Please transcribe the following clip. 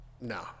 no